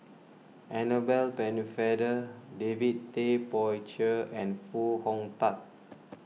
Annabel Pennefather David Tay Poey Cher and Foo Hong Tatt